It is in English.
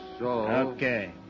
Okay